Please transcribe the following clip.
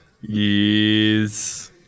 yes